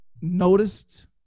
noticed